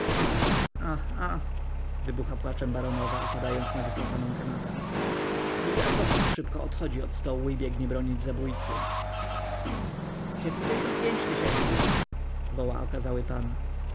ach wybucha płaczem baronowa upadając na wyplataną kanapkę jej adwokat szybko odchodzi od stołu i biegnie bronić zabójcy siedmdziesiąt pięć tysięcy woła okazały pan